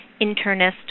internist